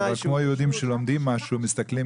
אבל כמו היהודים שלומדים משהו מסתכלים